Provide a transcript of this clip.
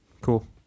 cool